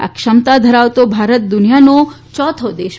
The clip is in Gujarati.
આ ક્ષમતા ધરાવતો ભારત દુનિયાનો ચોથો દેશ છે